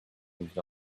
moved